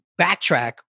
backtrack